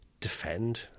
defend